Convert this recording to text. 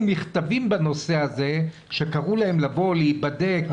מכתבים בנושא הזה שקראו להן ללכת ולהבדק.